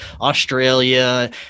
Australia